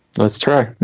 let's try.